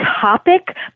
topic